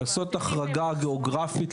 לעשות החרגה גיאוגרפית,